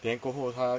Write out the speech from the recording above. then 过后他